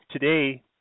Today